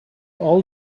all